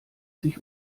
sich